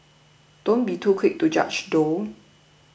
don't be too quick to judge though